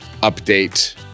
update